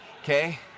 Okay